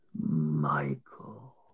Michael